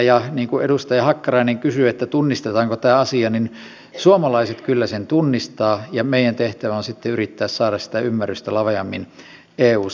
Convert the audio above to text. niin kuin edustaja hakkarainen kysyi että tunnistetaanko tämä asia niin suomalaiset kyllä sen tunnistavat ja meidän tehtävämme on sitten yrittää saada sitä ymmärrystä laveammin eussa